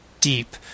deep